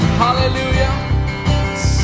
hallelujah